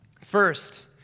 First